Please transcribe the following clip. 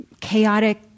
chaotic